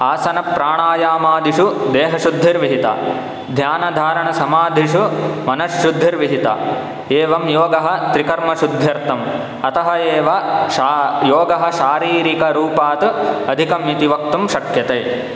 आसनप्राणायामादिषु देहशुद्धिर्विहिता ध्यानधारणसमाधिषु मनश्शुद्धिर्विहिता एवं योगः त्रिकर्मशुद्ध्यर्थम् अतः एव शा योगः शारीरिकरूपात् अधिकम् इति वक्तुं शक्यते